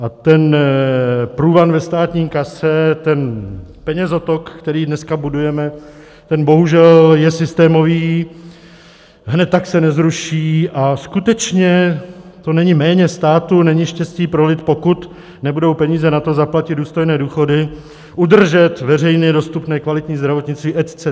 A ten průvan ve státní kase, ten penězotok, který dneska budujeme, ten bohužel je systémový, hned tak se nezruší a skutečně to není, méně státu není štěstí pro lid, pokud nebudou peníze na to, zaplatit důstojné důchody, udržet veřejně dostupné kvalitní zdravotnictví etc., etc.